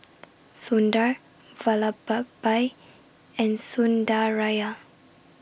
Sundar Vallabhbhai and Sundaraiah